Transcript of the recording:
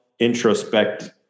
introspect